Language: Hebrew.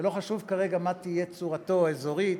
ולא חשוב כרגע מה תהיה צורתו, אזורית,